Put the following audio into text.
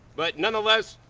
but nonetheless,